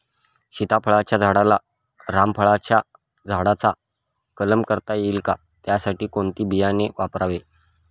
सीताफळाच्या झाडाला रामफळाच्या झाडाचा कलम करता येईल का, त्यासाठी कोणते बियाणे वापरावे?